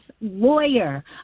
lawyer